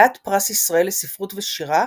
כלת פרס ישראל לספרות ושירה